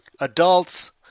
adults